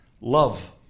Love